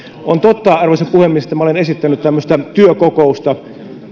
on totta arvoisa puhemies että minä olen esittänyt tämmöistä työkokousta